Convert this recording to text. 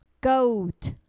Goat